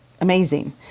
amazing